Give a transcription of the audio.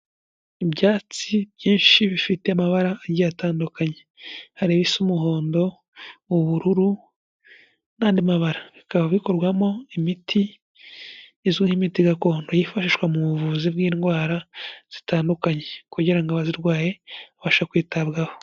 Ibyatsi byinshi bifite amabara agiye atandukanye, hari ibisa umuhondo, ubururu n'andi mabara, bikaba bikorwamo imiti izwi nk'imiti gakondo, yifashishwa mu buvuzi bw'indwara zitandukanye kugira ngo abazirwaye babasha kwitabwaho.